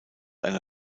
eine